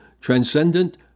transcendent